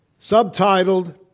subtitled